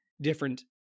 different